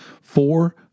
four